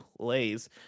Plays